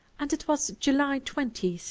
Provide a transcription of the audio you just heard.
and it was july twenty,